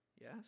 yes